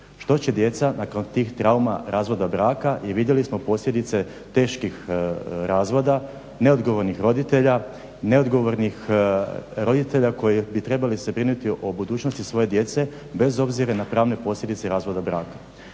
Što će djece nakon tih trauma razvoda braka i vidjeli smo posljedice teških razvoda, neodgovornih roditelja, neodgovornih roditelja koji bi se trebali brinuti o budućnosti svoje djece bez obzira na pravne posljedice razvoda braka.